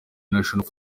national